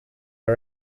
all